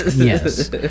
yes